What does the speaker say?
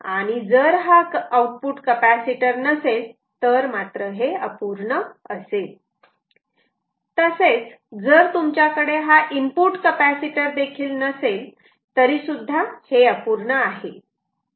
आणि जर हा आउटपुट कपॅसिटर नसेल तर हे अपूर्ण असेल तसेच जर तुमच्याकडे हा इनपुट कपॅसिटर देखील नसेल तरी सुद्धा हे अपूर्ण आहे